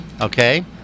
okay